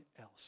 else